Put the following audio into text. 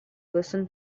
listen